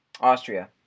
Austria